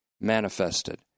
manifested